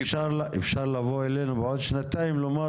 אפשר לבוא אלינו בעוד שנתיים ולומר